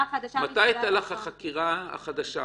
מתי הייתה לך החקירה החדשה